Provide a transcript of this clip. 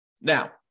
Now